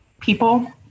people